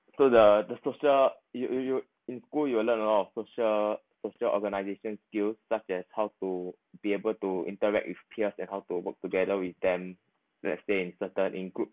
so the the social you you you in school you learn a lot of social social organization skills such as how to be able to interact with peers and how to work together with them let's say in certain include